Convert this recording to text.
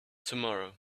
tomorrow